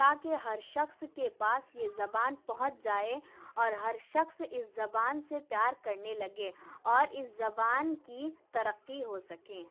تاکہ ہر شخص کے پاس یہ زبان پہنچ جائے اور ہر شخص اس زبان سے پیار کرنے لگے اور اس زبان کی ترقی ہو سکیں